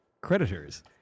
creditors